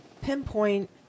pinpoint